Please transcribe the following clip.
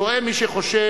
טועה מי שחושב